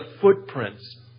footprints